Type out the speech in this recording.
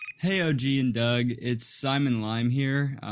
hey. oh gee and doug. it's simon lime here. ah,